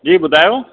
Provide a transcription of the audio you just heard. जी ॿुधायो